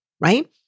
right